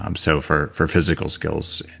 um so for for physical skills.